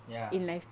ya